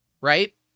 right